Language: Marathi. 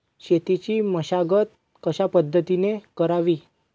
शेतीची मशागत कशापद्धतीने करावी?